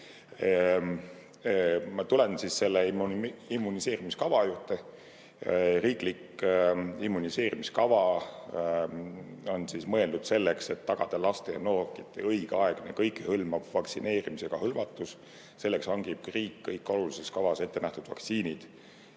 Ma tulen selle immuniseerimiskava juurde. Riiklik immuniseerimiskava on mõeldud selleks, et tagada laste ja noorukite õigeaegne ja kõikehõlmav vaktsineerimisega hõlmatus. Selleks hangib riik kõik kavas ettenähtud vaktsiinid.